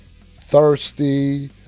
thirsty